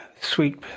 Sweet